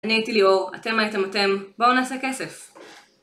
אני הייתי ליאור, אתם הייתם אתם, בואו נעשה כסף!